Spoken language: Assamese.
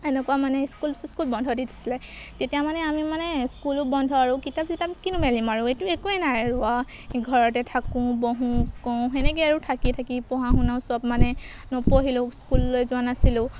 এনেকুৱা মানে স্কুল চিস্কুল বন্ধ দি দিছিলে তেতিয়া মানে আমি মানে স্কুলো বন্ধ আৰু কিতাপ চিতাপ কিনো মেলিম আৰু এইটো একোৱেই নাই আৰু ঘৰতে থাকোঁ বহোঁ কৰোঁ সেনেকৈয়ে আৰু থাকি থাকি পঢ়া শুনাও চব মানে নপঢ়িলোঁ স্কুললৈ যোৱা নাছিলোঁ